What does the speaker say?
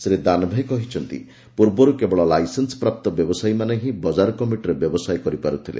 ଶ୍ରୀ ଦାନ୍ଭେ କହିଛନ୍ତି ପୂର୍ବରୁ କେବଳ ଲାଇସେନ୍ସପ୍ରାପ୍ତ ବ୍ୟବସାୟୀ ମାନେ ହିଁ ବଜାର କମିଟିରେ ବ୍ୟବସାୟ କରିପାରୁଥିଲେ